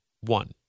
One